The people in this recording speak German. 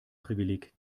privileg